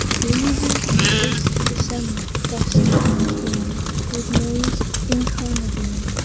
breezes of brisk december, frosty and keen with nose incarnadine,